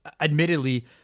admittedly